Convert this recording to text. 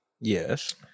Yes